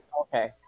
okay